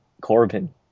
Corbin